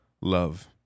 Love